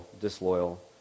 disloyal